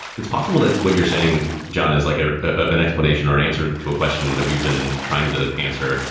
it's possible that what you're saying, john, is like ah an explanation or an answer to a question that we've been trying to answer,